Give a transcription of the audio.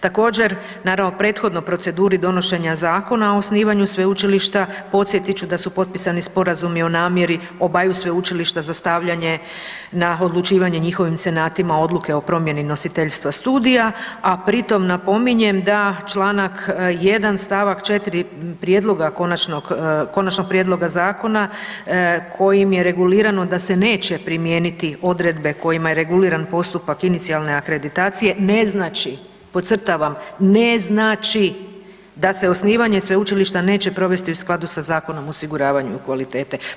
Također, naravno prethodno proceduri donošenja zakona o osnivanju sveučilišta, podsjetit ću da su potpisani sporazumi o namjeri obaju sveučilišta za stavljanje na odlučivanje njihovim senatima odluke o promjeni nositeljstva studija, a pri tom napominjem da Članak 1. stavak 4. prijedloga konačnog, konačnog prijedloga zakona kojim je regulirano da se neće primijeniti odredbe kojima je reguliran postupak inicijalne akreditacije ne znači, podcrtavam ne znači da se osnivanje sveučilišta neće provesti u skladu sa Zakonom o osiguravanju kvalitete.